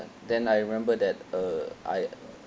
then I remember that uh I